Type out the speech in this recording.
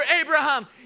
Abraham